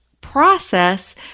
process